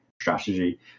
strategy